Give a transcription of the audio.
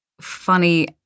funny